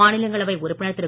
மாநிலங்களவை உறுப்பினர் திரு